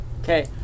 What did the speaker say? Okay